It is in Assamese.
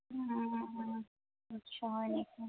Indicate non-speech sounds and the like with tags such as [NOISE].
[UNINTELLIGIBLE]